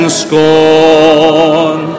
scorn